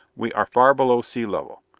we are far below sea level.